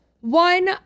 One